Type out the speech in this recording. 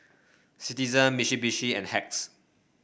Citizen Mitsubishi and Hacks